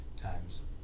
times